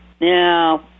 now